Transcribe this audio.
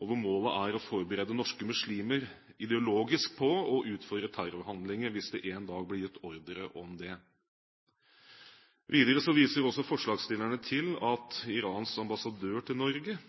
og hvor målet er å forberede norske muslimer ideologisk på å utføre terrorhandlinger hvis det en dag blir gitt ordre om det. Videre viser også forslagsstillerne til at Irans ambassadør til Norge